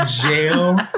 Jail